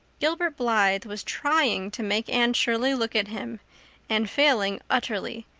gilbert blythe was trying to make anne shirley look at him and failing utterly,